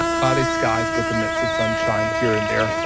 cloudy skies with a mix of sunshine here and there.